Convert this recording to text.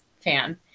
fan